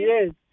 Yes